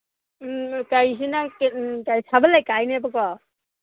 ꯎꯝ ꯀꯩꯁꯤꯅ ꯁꯥꯕꯜ ꯂꯩꯀꯥꯏꯅꯦꯕꯀꯣ